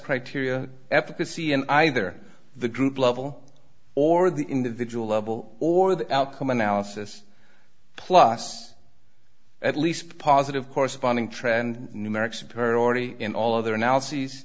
criteria efficacy in either the group level or the individual level or the outcome analysis plus at least positive corresponding trend numerics of her already in all other analyses